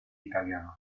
italianos